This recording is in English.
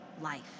life